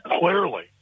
clearly